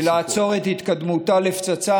ולעצור את התקדמותה לפצצה,